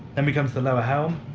then we come to the lower helm,